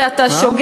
בזה אתה שוגה.